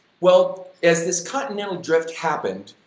well, as this continental drift happened,